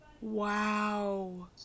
Wow